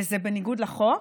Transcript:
וזה בניגוד לחוק.